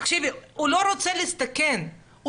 הוא לא רוצה להסתכן,